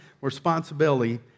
responsibility